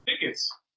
tickets